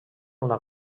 una